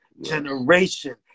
generation